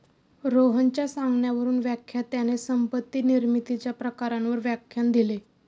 रोहनच्या सांगण्यावरून व्याख्यात्याने संपत्ती निर्मितीच्या प्रकारांवर व्याख्यान दिले